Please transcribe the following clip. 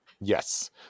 yes